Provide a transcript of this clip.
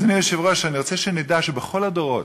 אדוני היושב-ראש, אני רוצה שנדע שבכל הדורות,